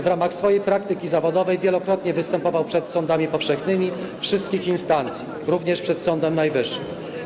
W ramach swojej praktyki zawodowej wielokrotnie występował przed sądami powszechnymi wszystkich instancji, również przed Sądem Najwyższym.